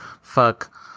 fuck